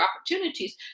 opportunities